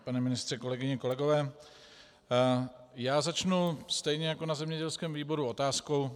Pane ministře, kolegyně, kolegové, já začnu stejně jako na zemědělském výboru otázkou.